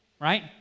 right